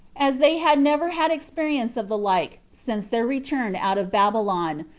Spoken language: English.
as they had never had experience of the like since their return out of babylon,